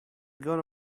gone